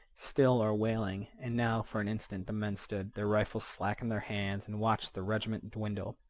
still or wailing. and now for an instant the men stood, their rifles slack in their hands, and watched the regiment dwindle.